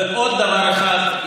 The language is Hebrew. ועוד דבר אחד,